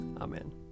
Amen